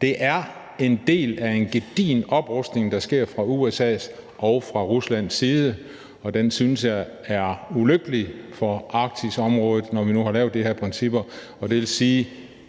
det er en del af en gedigen oprustning, der sker fra USA's og fra Ruslands side, og den synes jeg er ulykkelig for Arktisområdet, når vi nu har lavet de her principper, og det vil sige,